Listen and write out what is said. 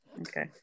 okay